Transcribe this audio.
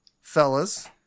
fellas